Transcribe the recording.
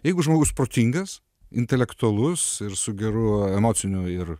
jeigu žmogus protingas intelektualus ir su geru emociniu ir